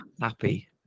happy